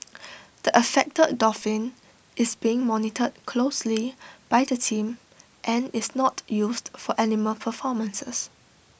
the affected dolphin is being monitored closely by the team and is not used for animal performances